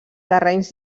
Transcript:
terrenys